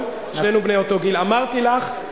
אמרתי לך,